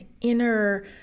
inner